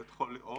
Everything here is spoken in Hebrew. למשל,